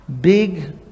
Big